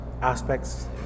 aspects